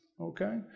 okay